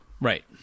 Right